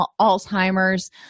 Alzheimer's